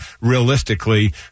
realistically